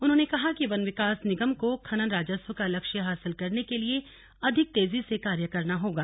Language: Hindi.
उन्होंने कहा कि वन विकास निगम को खनन राजस्व का लक्ष्य हासिल करने के लिए अधिक तेजी से कार्य करना होगा